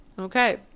okay